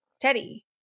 teddy